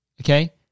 Okay